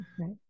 right